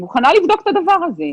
מוכנה לבדוק את הדבר הזה.